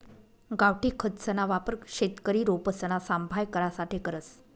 गावठी खतसना वापर शेतकरी रोपसना सांभाय करासाठे करस